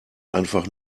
einfach